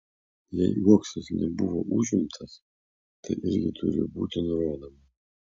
jei uoksas nebuvo užimtas tai irgi turi būti nurodoma